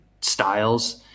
styles